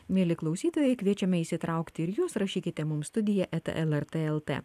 mieli klausytojai kviečiami įsitraukti ir jūs rašykite mums studija eta lrt lt